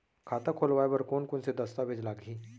खाता खोलवाय बर कोन कोन से दस्तावेज लागही?